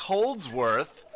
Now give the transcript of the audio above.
Holdsworth